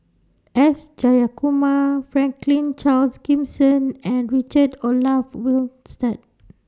S Jayakumar Franklin Charles Gimson and Richard Olaf Winstedt